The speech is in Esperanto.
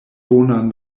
bonan